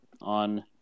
on